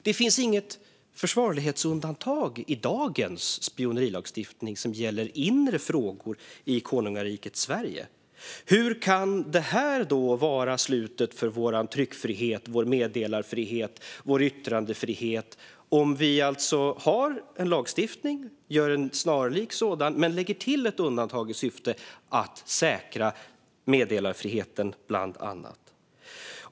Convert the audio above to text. Det finns inget försvarlighetsundantag i dagens spionerilagstiftning som gäller inre frågor i konungariket Sverige. Hur kan det alltså vara slutet för vår tryckfrihet, vår meddelarfrihet och vår yttrandefrihet om vi har en lagstiftning och föreslår en snarlik sådan men lägger till ett undantag i syfte att säkra bland annat meddelarfriheten?